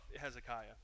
Hezekiah